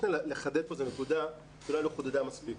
אני רוצה לחדד פה איזושהי נקודה שאולי לא חודדה מספיק.